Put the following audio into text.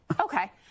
Okay